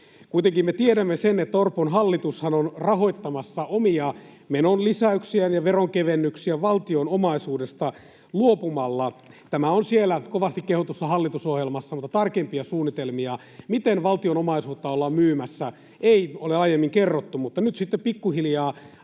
Kuitenkin me tiedämme sen, että Orpon hallitushan on rahoittamassa omia menonlisäyksiään ja veronkevennyksiään valtion omaisuudesta luopumalla. Tämä on siellä kovasti kehutussa hallitusohjelmassa, mutta tarkempia suunnitelmia siitä, miten valtion omaisuutta ollaan myymässä, ei ole aiemmin kerrottu, mutta nyt sitten pikkuhiljaa